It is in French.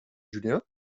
julien